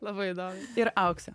labai įdomu ir aukse